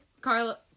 Carla